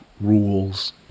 rules